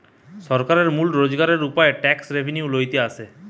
সরকারের মূল রোজগারের উপায় ট্যাক্স রেভেন্যু লইতে আসে